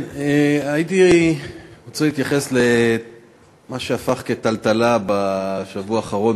הייתי רוצה להתייחס למה שהפך לטלטלה בשבוע האחרון,